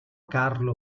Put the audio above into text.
carlo